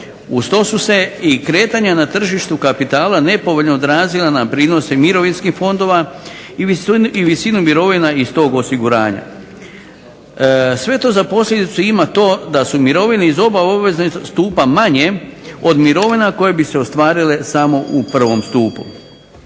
Uz to su se i kretanja na tržištu kapitala nepovoljno odrazila na prinose mirovinskih fondova i visinu mirovina iz tog osiguranja. Sve to za posljedicu ima to da su mirovine iz oba obvezna stupa manje od mirovina koje bi se ostvarile samo u prvom stupu.